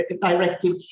Directive